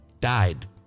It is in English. died